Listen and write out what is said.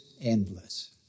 endless